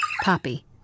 Poppy